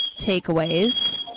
takeaways